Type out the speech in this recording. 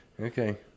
Okay